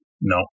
No